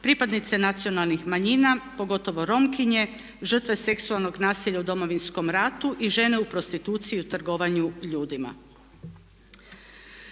pripadnice nacionalnih manjina pogotovo Romkinje, žrtve seksualnog nasilja u Domovinskom ratu i žene u prostituciji i u trgovanju ljudima.